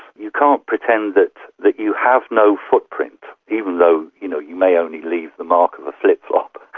you can't pretend that that you have no footprint, even though you know you may only leave the mark of a flip-flop.